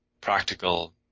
practical